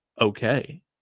okay